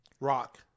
Rock